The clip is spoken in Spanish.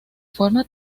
forma